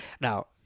now